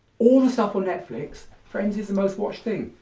all the stuff on netflix, friends is the most watched thing.